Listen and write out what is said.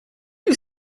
you